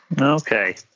Okay